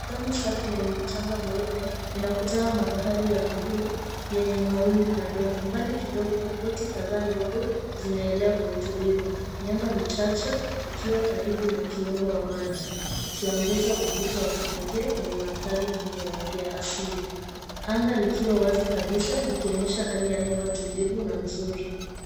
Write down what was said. Pwani safi na yenye mchanga mweupe inakutana na bahari ya blue yenye mawimbi madogo. Mbali kidogo, boti kadhaa ndogo zinaelea kwa utulivu, miamba michache ikiwa karibu na kiungo wa maji, ikiongeza uvuto wa kipekee kwenye mandhari hii ya asili, anga likiwa wazi kabisa likionyesha hali ya hewa tulivu na nzuri.